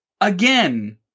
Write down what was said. Again